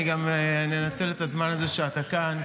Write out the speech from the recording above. אני אנצל את הזמן הזה שאתה כאן,